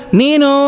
nino